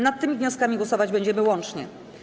Nad tymi wnioskami głosować będziemy łącznie.